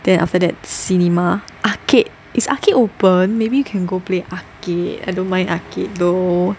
then after that cinema arcade is arcade open maybe we can go play arcade I don't mind arcade though